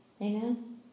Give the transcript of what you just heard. Amen